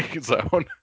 zone